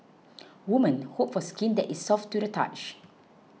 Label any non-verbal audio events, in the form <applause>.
<noise> women hope for skin that is soft to the touch